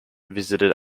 visited